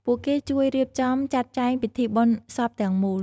ពួកគេជួយរៀបចំចាត់ចែងពិធីបុណ្យសពទាំងមូល។